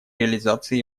реализации